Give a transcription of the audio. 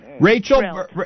Rachel